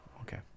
Okay